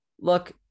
Look